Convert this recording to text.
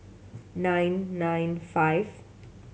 nine nine five